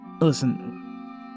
listen